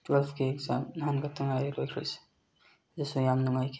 ꯇꯨꯌꯦꯜꯐꯀꯤ exam ꯅꯍꯥꯟꯈꯛꯇ ꯉꯥꯏꯔꯤ ꯂꯣꯏꯈ꯭ꯔꯤꯁꯤ ꯑꯗꯨꯁꯨ ꯌꯥꯝ ꯅꯨꯡꯉꯥꯏꯈꯤ